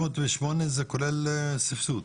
ה-508 זה כולל סבסוד.